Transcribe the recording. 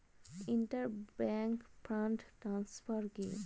Inter bank fund transfer কি?